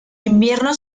invierno